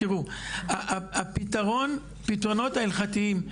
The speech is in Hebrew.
תראו, הפתרונות ההלכתיים,